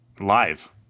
Live